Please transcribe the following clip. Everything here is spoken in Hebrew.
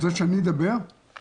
דני ידבר שלוש דקות.